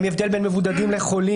האם יש הבדל בין מבודדים לחולים,